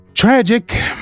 Tragic